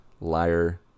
Liar